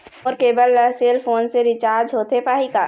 मोर cable ला cell phone से recharge होथे पाही का?